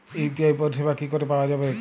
UPI পরিষেবা কি করে পাওয়া যাবে?